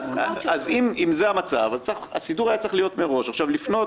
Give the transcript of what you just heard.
אז אם זה המצב היה צריך להיות מראש לפנות